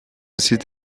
site